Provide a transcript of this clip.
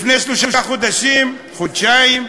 לפני שלושה חודשים, חודשיים,